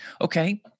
Okay